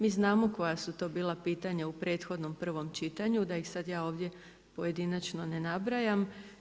Mi znamo koja su to bila pitanja u prethodnom prvom čitanju, da ih sada ja ovdje pojedinačno ne nabrajam.